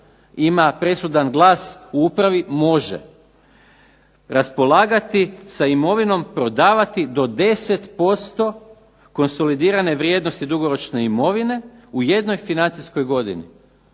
ima presudan glas u upravi može raspolagati sa imovinom, prodavati do 10% konsolidirane vrijednosti dugoročne imovine u jednoj financijskoj godini.